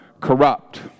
corrupt